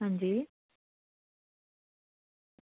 अंजी